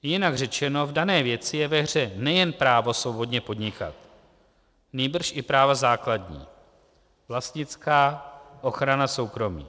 Jinak řečeno, v dané věci je ve hře nejen právo svobodně podnikat, nýbrž i práva základní vlastnická, ochrana soukromí.